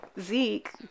Zeke